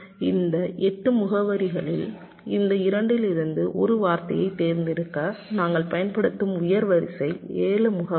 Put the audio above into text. இந்த 8 முகவரிகளில் இந்த 2 லிருந்து ஒரு வார்த்தையைத் தேர்ந்தெடுக்க நாங்கள் பயன்படுத்தும் உயர் வரிசை 7 முகவரிகள்